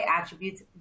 attributes